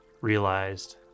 realized